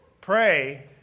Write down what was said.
Pray